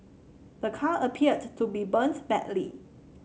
the car appeared to be burnt badly